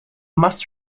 must